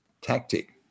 tactic